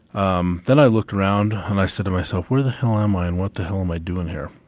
um, then i looked around and i said to myself, where the hell am i? and what the hell am i doing here?